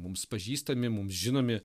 mums pažįstami mums žinomi